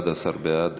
11 בעד,